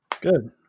Good